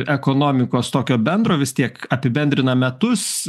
ekonomikos tokio bendro vis tiek apibendrina metus